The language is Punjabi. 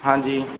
ਹਾਂਜੀ